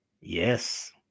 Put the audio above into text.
Yes